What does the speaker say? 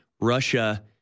Russia